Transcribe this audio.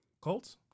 Colts